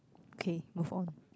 okay move on